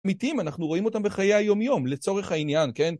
לעיתים אנחנו רואים אותם בחיי היומיום לצורך העניין כן